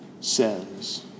says